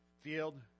field